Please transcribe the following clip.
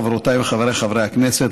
חברותיי וחבריי חברי הכנסת,